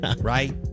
Right